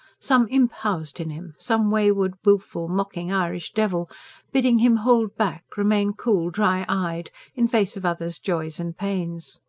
some imp housed in him some wayward, wilful, mocking irish devil bidding him hold back, remain cool, dry-eyed, in face of others' joys and pains.